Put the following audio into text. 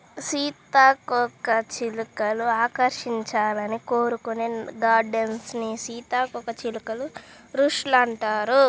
సీతాకోకచిలుకలు ఆకర్షించాలని కోరుకునే గార్డెన్స్ ని సీతాకోకచిలుక బుష్ లు అంటారు